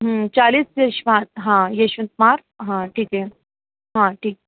चालीस फ्रेश मार्ग हाँ यशवंत मार्ग हाँ ठीक है हाँ ठीक